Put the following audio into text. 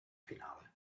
finale